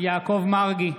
יעקב מרגי,